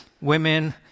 women